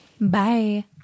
bye